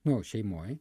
nu šeimoj